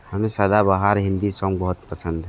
हमें सदाबहार हिन्दी सॉन्ग बहुत पसंद हैं